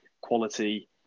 quality